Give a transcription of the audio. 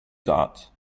that